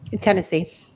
Tennessee